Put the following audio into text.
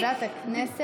תודה רבה.